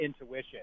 Intuition